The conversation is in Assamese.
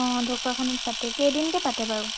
অঁ ঢকুৱাখানাত পাতে কেইদিনকে পাতে বাৰু